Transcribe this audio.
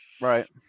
Right